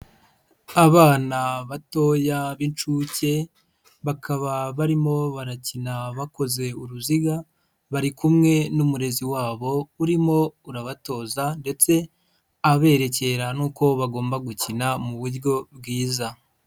Abana batoya b'incuke bakaba barimo barakina bakoze uruziga. Bari kumwe n'umurezi wabo urimo urabatoza ndetse aberekera n'uko bagomba gukina mu buryo bwiza.